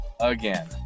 again